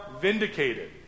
vindicated